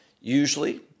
usually